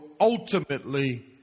ultimately